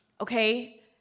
okay